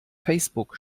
facebook